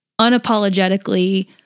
unapologetically